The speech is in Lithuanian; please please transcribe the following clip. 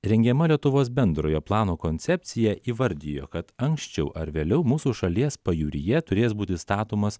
rengiama lietuvos bendrojo plano koncepcija įvardijo kad anksčiau ar vėliau mūsų šalies pajūryje turės būti statomas